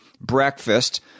breakfast